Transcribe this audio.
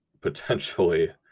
potentially